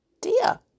dear